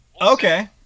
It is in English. Okay